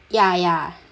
ya ya